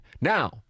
Now